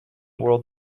world